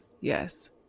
yes